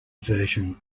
version